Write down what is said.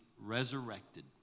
resurrected